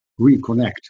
reconnect